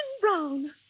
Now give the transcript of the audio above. Brown